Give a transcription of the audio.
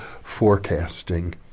forecasting